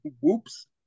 whoops